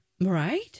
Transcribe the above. Right